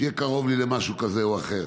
שזה יהיה קרוב לי למשהו כזה או אחר,